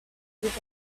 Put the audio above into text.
with